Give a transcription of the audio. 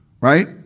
right